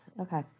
okay